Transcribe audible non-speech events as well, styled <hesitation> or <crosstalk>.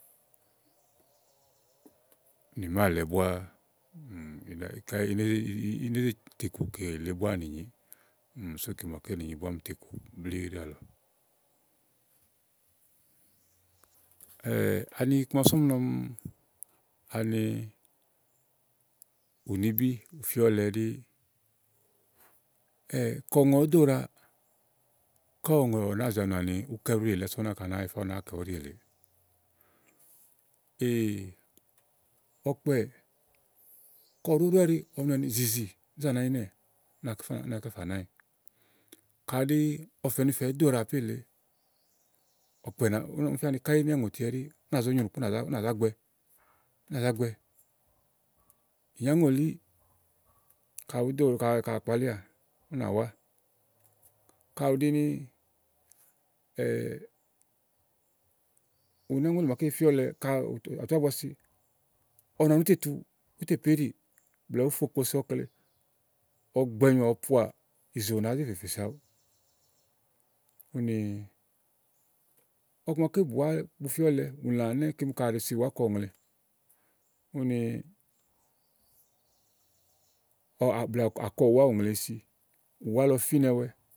Nì máàlɛ búáá <hesitation> Kà yile íí né zè te kù kele búá nì nyiì. <hesitation> sù kímaké le nìnyi búá te kù blíí náàlɔ <hesitation> ani iku ma sú nɔ ɔmi ani ùnibí fìɔ́lɛ ɖí <hesitation> ka ɔ̀ŋɔ ɔ̀ɔ do ɖàawa, ka ɔ̀ŋɔ lɔ nàáa zì anɔà ni úkɛ̀ɖì úɖì èle ása úni náka nàáa yifá ú náa kɛ úɖì èleè <hesitation> ɔ̀kpɛ ka ù ɖòó ɖowɛ ɛ́ɖi ɔwɔ nɔà ni zìzì, zá nɛ̀ ányi ínɛ̀. Ú nàá kɛ fà nɛ̀ ányi. Kàɖi ɔ̀fɛ̀nifɛ ɛ̀ɛ do ɖàawa àpé lèe, ɔ̀kpɛ nà fía ni káyí ínɛ̀ŋòti ɛɖíì ú nà zá gbɛ, ú nà zá gbɛ. Ìnyáŋòlí ka ùú do ka àkpalíà ú nà wá. Ka ù ɖi ni <hesitation> ìnyáŋòkí máaké fíɔlɛ ka à tu ábua si ka à nɔà ni ú tè tu, ù tè péɖì blɛ̀ɛ ùù fe okpo so ɔkle, ɔwɔ gbɛnyoà ɔwɔ poàà, ìzè ù nàáá zi fè fèso awu. Úni ɔkumaké bùwá bu fíɔlɛ ùlã kem ka è ɖe si ùwá kɔ uŋle úni ɔwɔà blɛ̀ɛ à kɔ ùwá uŋle esi, ùwá lɔ fínɛwɛ.